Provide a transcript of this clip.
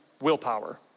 willpower